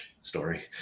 story